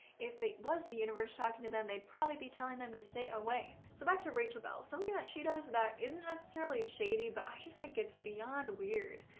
if it was the universe talking to them, they'd probably be telling them to stay away. so back to rachel bell, something that she does that isn't necessarily shady but i just think it's beyond weird.